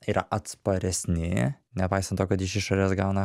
yra atsparesni nepaisant to kad iš išorės gauna